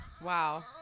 Wow